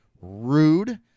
rude